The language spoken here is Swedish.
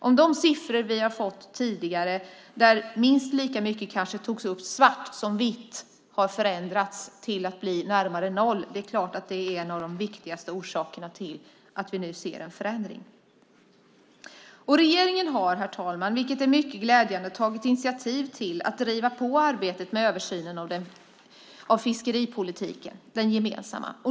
Om de siffror vi tidigare har fått se, där andelen fisk som togs upp svart var minst lika stor som den som togs upp vitt, har förändrats så att andelen svartfiske blivit närmare noll är det klart att det är en viktig anledning till att vi nu ser en förändring. Regeringen har, vilket är mycket glädjande, tagit initiativ till att driva på arbetet med översynen av den gemensamma fiskeripolitiken.